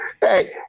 Hey